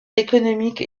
économique